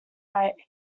right